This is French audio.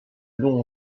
long